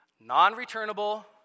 non-returnable